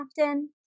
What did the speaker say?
often